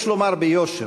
יש לומר ביושר: